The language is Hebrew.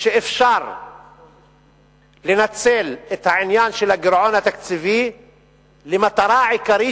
שאפשר לנצל את העניין של הגירעון התקציבי למטרה עיקרית,